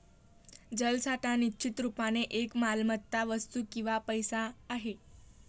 जलसाठा निश्चित रुपाने एक मालमत्ता, वस्तू किंवा पैसा आहे